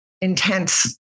intense